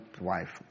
wife